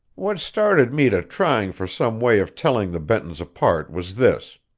what started me to trying for some way of telling the bentons apart was this.